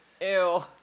Ew